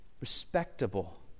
respectable